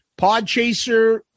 Podchaser